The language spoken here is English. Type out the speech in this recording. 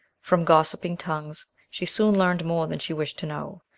from gossiping tongues she soon learned more than she wished to know.